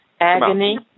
Agony